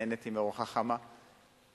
נהניתי מארוחה חמה בבית-ספר.